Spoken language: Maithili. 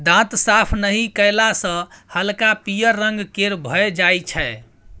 दांत साफ नहि कएला सँ हल्का पीयर रंग केर भए जाइ छै